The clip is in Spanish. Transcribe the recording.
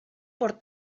por